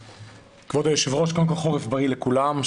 כבוד היו"ר, קודם כל חורף בריא לכולם.